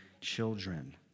children